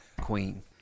Queen